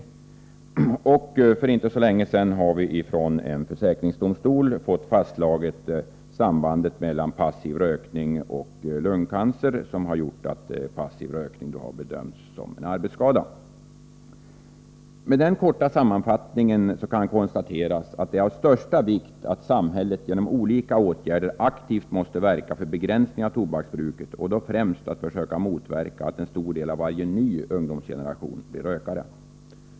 Dessutom har för inte så länge sedan en försäkringsdomstol slagit fast sambandet mellan passiv rökning och lungcancer, vilket har gjort att passiv rökning bedömts som en arbetsskada. Med den korta sammanfattningen kan konstateras att det är av största vikt att samhället genom olika åtgärder aktivt verkar för begränsning av tobaksbruket och då främst försöker motverka att en stor del av varje ny ungdomsgeneration blir rökare.